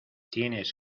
tienes